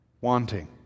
Wanting